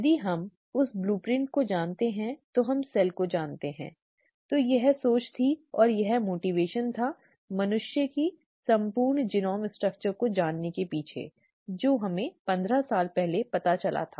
यदि हम उस ब्लूप्रिंट को जानते हैं जो हम सेल को जानते हैं ठीक है तो यह सोच थी और यह मोटिवेशन था मनुष्यों की संपूर्ण जीनोम संरचना को जानने के पीछे जो हमें 15 साल पहले पता चला था